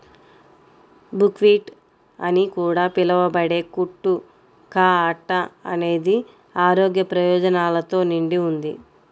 buckwheat అని కూడా పిలవబడే కుట్టు కా అట్ట అనేది ఆరోగ్య ప్రయోజనాలతో నిండి ఉంది